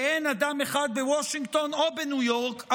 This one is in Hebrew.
ואין אדם אחד בוושינגטון או בניו יורק,